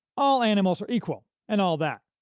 all animals are equal, and all that.